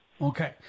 Okay